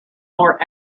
more